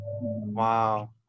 Wow